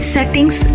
Settings